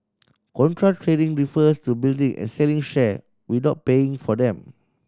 contra trading refers to building and selling share without paying for them